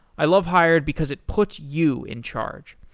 i love hired because it puts you in charge.